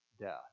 death